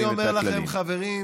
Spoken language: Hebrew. ואני אומר לכם, חברים,